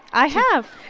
i have